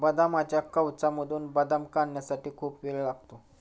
बदामाच्या कवचामधून बदाम काढण्यासाठी खूप वेळ लागतो